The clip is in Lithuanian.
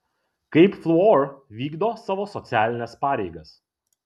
kaip fluor vykdo savo socialines pareigas